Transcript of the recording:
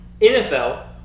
NFL